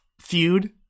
feud